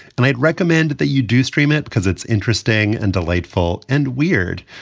and i'd recommend that you do stream it because it's interesting and delightful and weird.